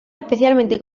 especialmente